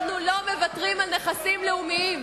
אנחנו לא מוותרים על נכסים לאומיים,